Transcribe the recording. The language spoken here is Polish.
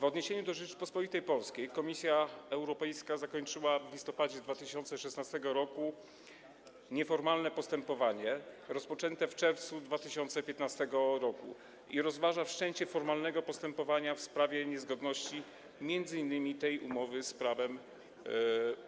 W odniesieniu do Rzeczypospolitej Polskiej Komisja Europejska zakończyła w listopadzie 2016 r. nieformalne postępowanie rozpoczęte w czerwcu 2015 r. i rozważa wszczęcie formalnego postępowania m.in. w sprawie niezgodności tej umowy z prawem